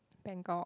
Bangkok